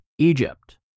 Egypt